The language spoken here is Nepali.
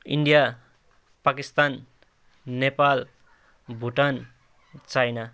India Pakistan Nepal Bhutan China